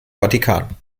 vatikan